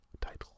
title